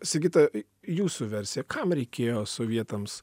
sigita jūsų versija kam reikėjo sovietams